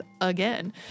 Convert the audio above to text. again